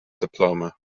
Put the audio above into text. diploma